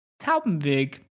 Taubenweg